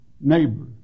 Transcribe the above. neighbor